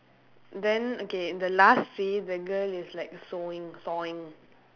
then okay the last see the girl is like sewing sawing